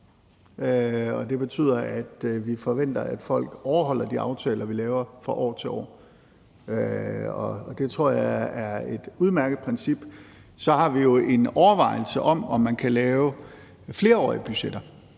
og det betyder, at vi forventer, at folk overholder de aftaler, vi laver fra år til år. Og det tror jeg er et udmærket princip. Så har vi jo en overvejelse om, om man kan lave flerårige budgetter.